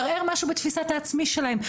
לערער משהו בתפיסת העצמי שלהם,